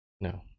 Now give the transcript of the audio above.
No